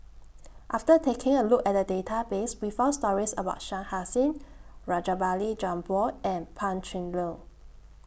after taking A Look At The Database We found stories about Shah Hussain Rajabali Jumabhoy and Pan Cheng Lui